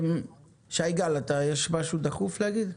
שי גל, יש משהו דחוף להגיד?